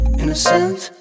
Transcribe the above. innocent